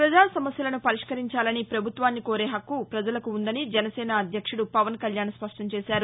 ప్రపజా సమస్యలను పరిష్కరించాలని పభుత్వాన్ని కోరే హక్కు పజలకు ఉందని జనసేన అధ్యక్షుడు పవన్ కల్యాణ్ స్పష్టం చేశారు